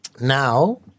Now